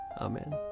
Amen